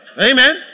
Amen